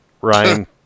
Ryan